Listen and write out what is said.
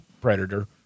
Predator